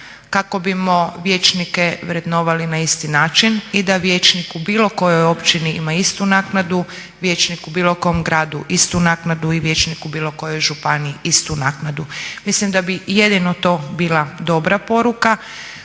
kako bismo vijećnike vrednovali na isti način i da vijećnik u bilo kojoj općini ima istu naknadu, vijećnik u bilo kom gradu istu naknadu i vijećnik u bilo kojoj županiji istu naknadu. Mislim da bi jedino to bila dobra poruka,